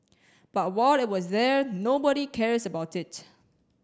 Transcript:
but while it was there nobody cares about it